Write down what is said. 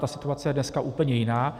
Ta situace je dneska úplně jiná.